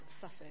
suffered